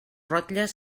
rotlles